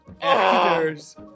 Actors